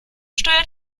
steuert